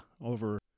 over